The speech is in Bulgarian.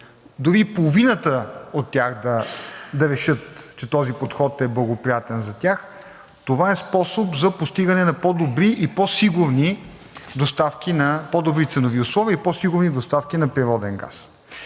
дори и половината от тях да решат, че този подход е благоприятен за тях, това е способ за постигане на по-добри и по-сигурни доставки, на по-добри